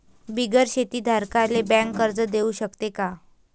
बिगर शेती धारकाले बँक कर्ज देऊ शकते का?